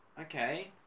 Okay